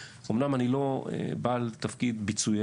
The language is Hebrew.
אמנם היום אני כבר לא בתפקיד ביצועי,